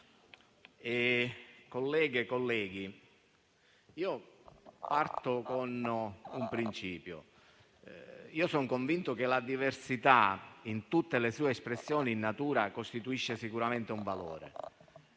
colleghe e colleghi, parto con un principio. Sono convinto che la diversità in tutte le sue espressioni in natura costituisca sicuramente un valore